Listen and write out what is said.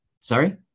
sorry